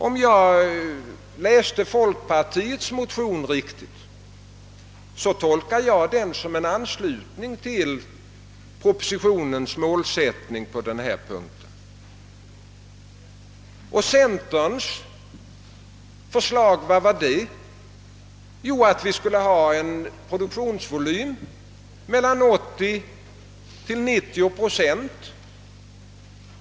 Om jag har läst folkpartiets motion riktigt, innebär den en anslutning till propositionens målsättning på denna punkt. Vad var centerns förslag? Jo, att vi skulle ha en produktionsvolym mellan 80 och 90 procent.